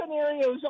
scenarios